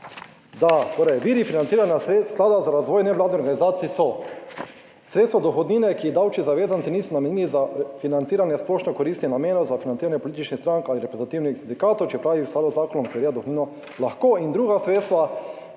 – 17.30 (nadaljevanje) Sklada za razvoj nevladnih organizacij so sredstva dohodnine, ki jih davčni zavezanci niso namenili za financiranje splošno koristnih namenov, za financiranje političnih strank ali reprezentativnih sindikatov, čeprav je v skladu z zakonom, ki ureja dohodnino lahko in druga sredstva,